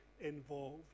involved